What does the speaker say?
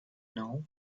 know